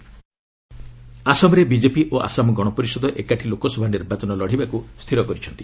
BJP AGP ଆସାମରେ BJP ଓ ଆସାମ ଗଣ ପରିଷଦ ଏକାଠି ଲୋକସଭା ନିର୍ବାଚନ ଲଢ଼ିବାକୁ ସ୍ଥିର କରିଛନ୍ତି